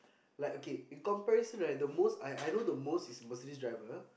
like okay in comparison right the most I I know the most is Mercedes driver